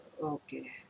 Okay